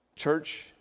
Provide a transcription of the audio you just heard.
Church